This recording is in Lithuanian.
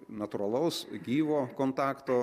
natūralaus gyvo kontakto